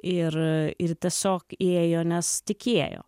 ir ir tiesiog ėjo nes tikėjo